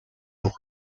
auch